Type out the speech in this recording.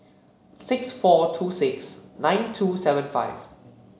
six four two six nine two seven five